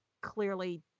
clearly